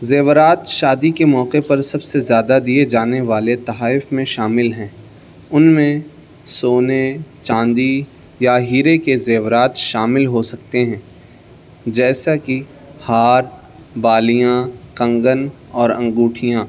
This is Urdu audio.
زیورات شادی کے موقعے پر سب سے زیادہ دیے جانے والے تحائف میں شامل ہیں ان میں سونے چاندی یا ہیرے کے زیورات شامل ہو سکتے ہیں جیسا کہ ہار بالیاں کنگن اور انگوٹھیاں